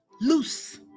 Loose